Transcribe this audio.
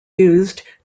used